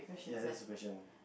ya that's the question